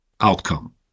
outcome